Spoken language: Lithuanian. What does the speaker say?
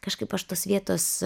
kažkaip aš tos vietos